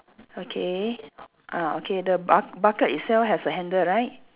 okay ah okay the buck~ bucket itself have a handle right